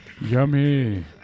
yummy